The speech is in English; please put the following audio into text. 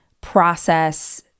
process